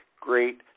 great